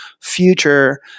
future